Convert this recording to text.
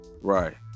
Right